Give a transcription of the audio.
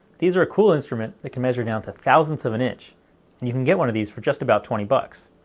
these are a cool instrument that can measure down to thousands of an inch, and you can get one of this for just about twenty bucks.